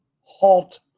halt